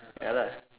ya lah